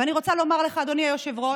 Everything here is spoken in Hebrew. ואני רוצה לומר לך, אדוני היושב-ראש,